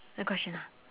the question ah